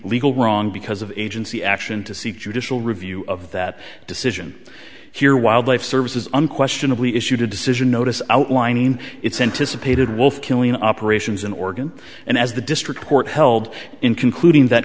legal wrong because of agency action to seek judicial review of that decision here wildlife services unquestionably issued a decision notice outlining its anticipated wolf killing operations in oregon and as the district court held in concluding that